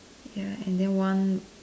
ya and then one